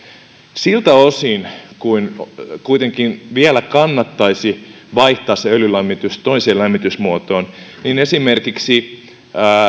siltä osin kuin kuitenkin vielä kannattaisi vaihtaa se öljylämmitys toiseen lämmitysmuotoon esimerkiksi